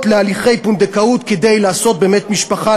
להליכי פונדקאות כדי לעשות באמת משפחה,